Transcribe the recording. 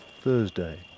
Thursday